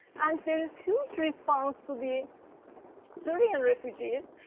and there is huge response to the syrian refugees.